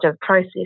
process